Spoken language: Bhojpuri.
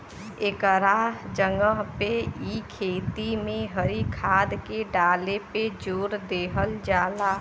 एकरा जगह पे इ खेती में हरी खाद के डाले पे जोर देहल जाला